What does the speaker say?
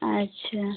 अच्छा